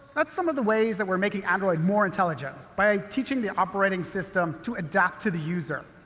that's some of the ways that we're making android more intelligent by teaching the operating system to adapt to the user.